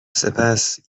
سپس